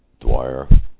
Dwyer